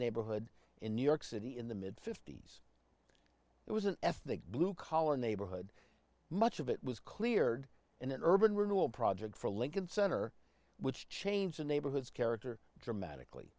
neighborhood in new york city in the mid fifty's it was an ethnic blue collar neighborhood much of it was cleared and urban renewal project for lincoln center which changed the neighborhoods character dramatically